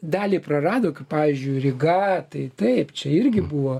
dalį prarado kaip pavyzdžiui ryga tai taip čia irgi buvo